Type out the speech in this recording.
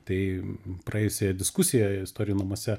tai praėjusioje diskusijoje istorijų namuose